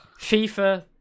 FIFA